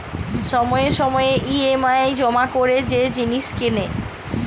সময়ে সময়ে ই.এম.আই জমা করে যে জিনিস কেনে